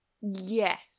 Yes